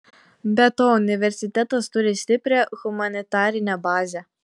be to universitetas turi stiprią humanitarinę bazę